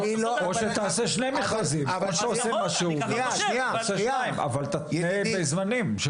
אז תעשה שני מכרזים, אבל תתנה בזמנים.